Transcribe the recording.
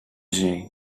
zee